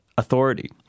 authority